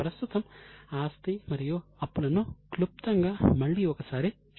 ప్రస్తుతం ఆస్తి మరియు అప్పులను క్లుప్తంగా మళ్లీ ఒకసారి చూద్దాం